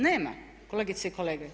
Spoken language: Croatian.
Nema, kolegice i kolege.